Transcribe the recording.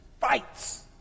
fights